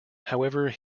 however